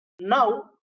Now